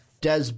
Des